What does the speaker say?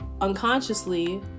unconsciously